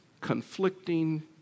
conflicting